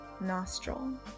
nostril